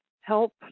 help